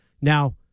Now